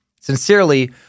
Sincerely